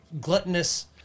gluttonous